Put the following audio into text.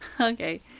okay